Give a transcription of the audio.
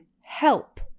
help